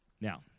Now